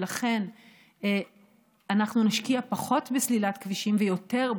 ולכן אנחנו נשקיע פחות בסלילת כבישים ויותר,